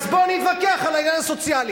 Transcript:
אז בוא נתווכח על העניין הסוציאלי.